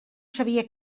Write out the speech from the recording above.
sabia